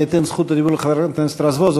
אני אתן את רשות הדיבור לחבר הכנסת רזבוזוב,